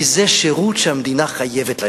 כי זה שירות שהמדינה חייבת לאזרח.